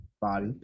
body